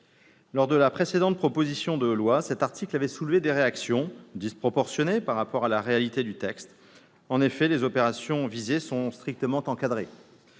de la précédente proposition de loi, cet article avait soulevé des réactions disproportionnées par rapport à la réalité du texte. En effet, les opérations visées sont strictement encadrées.